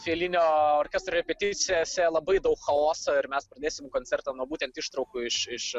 felinio orkestro repeticijose labai daug chaoso ir mes pradėsim koncertą nuo būtent ištraukų iš iš